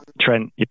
Trent